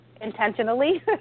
Intentionally